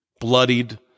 bloodied